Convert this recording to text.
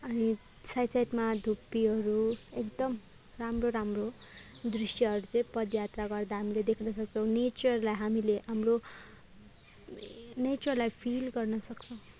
अनि साइड साइडमा धुप्पीहरू एकदम राम्रो राम्रो दृश्यहरू चाहिँ पद यात्रा गर्दा हामीले देख्न सक्छौँ नेचरलाई हामीले हाम्रो नेचरलाई फिल गर्न सक्छौँ